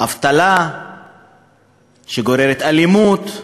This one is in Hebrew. אבטלה שגוררת אלימות,